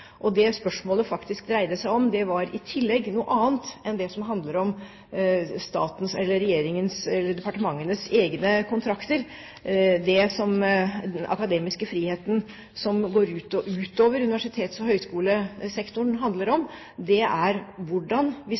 Det spørsmålet faktisk dreide seg om, var i tillegg noe annet enn det som handler om departementenes egne kontrakter. Det den akademiske friheten som går utover universitets- og høyskolesektoren, handler om, er hvordan vi